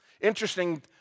Interesting